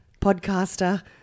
podcaster